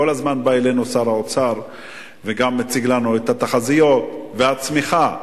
כל הזמן בא אלינו שר האוצר ומציג לנו את התחזיות ואת הצמיחה,